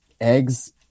eggs